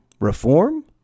Reform